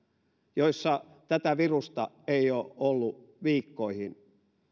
joissa tätä virusta ei ole ollut viikkoihin